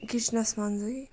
کِچنَس منٛزٕے